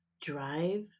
drive